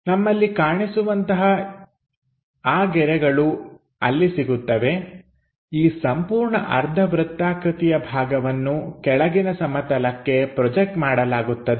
ನಮ್ಮಲ್ಲಿ ಕಾಣಿಸುವಂತಹ ಆ ಗೆರೆಗಳು ಅಲ್ಲಿ ಸಿಗುತ್ತವೆ ಈ ಸಂಪೂರ್ಣ ಅರ್ಧ ವೃತ್ತಾಕೃತಿಯ ಭಾಗವನ್ನು ಕೆಳಗಿನ ಸಮತಲಕ್ಕೆ ಪ್ರೊಜೆಕ್ಟ್ ಮಾಡಲಾಗುತ್ತದೆ